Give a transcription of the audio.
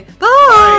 Bye